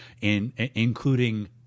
including